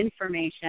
information